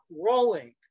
rolling